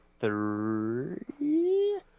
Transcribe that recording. three